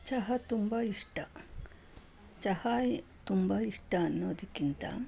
ಚಹ ತುಂಬ ಇಷ್ಟ ಚಹಾ ತುಂಬ ಇಷ್ಟ ಅನ್ನೋದಕ್ಕಿಂತ